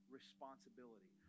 responsibility